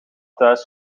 thuis